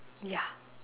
ya